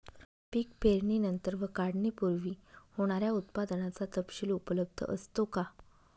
पीक पेरणीनंतर व काढणीपूर्वी होणाऱ्या उत्पादनाचा तपशील उपलब्ध असतो का?